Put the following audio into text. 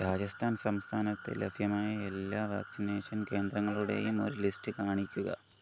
രാജസ്ഥാൻ സംസ്ഥാനത്ത് ലഭ്യമായ എല്ലാ വാക്സിനേഷൻ കേന്ദ്രങ്ങളുടെയും ഒര് ലിസ്റ്റ് കാണിക്കുക